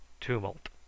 Tumult